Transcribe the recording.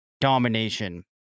domination